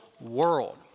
world